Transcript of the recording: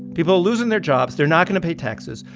people are losing their jobs. they're not going to pay taxes.